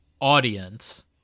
audience